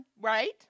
right